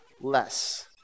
less